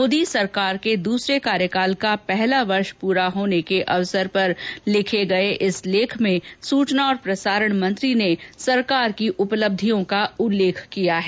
मोदी सरकार के दूसरे कार्यकाल का पहला वर्ष पूरा होने के अवसर पर लिखे गये इस लेख में सूचना और प्रसारण मंत्री ने सरकार की उपलब्धियों का उल्लेख किया है